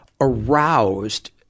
aroused